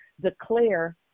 declare